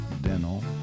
dental